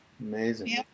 Amazing